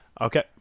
okay